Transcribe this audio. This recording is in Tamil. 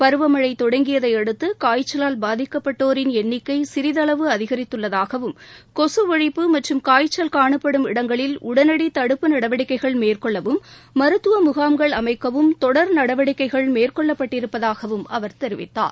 பருவமழை தொடங்கியதையடுத்து காய்ச்சலால் பாதிக்கப்பட்டோரின் எண்ணிக்கை சிறிதளவு அதிகரித்துள்ளதாகவும் கொசு ஒழிப்பு மற்றும் காய்ச்சல் காணப்படும் இடங்களில் உடனடி தடுப்பு நடவடிக்கைகள் மேற்கொள்ளவும் மருத்துவ முகாம்கள் அமைக்கவும் தொடர் நடவடிக்கைகள் மேற்கொள்ளப்பட்டிருப்பதாகவும் அவர் தெரிவித்தார்